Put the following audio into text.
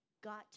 got